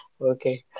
Okay